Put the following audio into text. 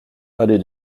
allée